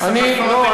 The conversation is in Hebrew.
לא,